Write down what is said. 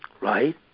right